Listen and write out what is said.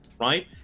right